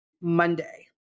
Monday